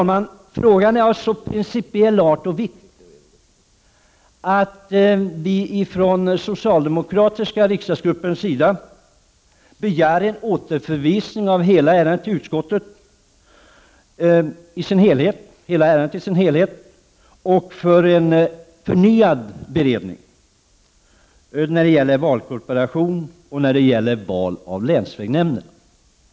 Frågan är av en sådan principiell art och vikt att vi från den socialdemokratiska riksdagsgruppens sida begär en återförvisning av ärendet i dess helhet till utskottet för förnyad beredning i fråga om valkorporation och val till länsnämnden.